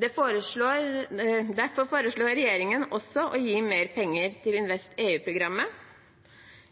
Derfor foreslår regjeringen også å gi mer penger til InvestEU-programmet.